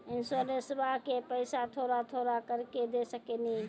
इंश्योरेंसबा के पैसा थोड़ा थोड़ा करके दे सकेनी?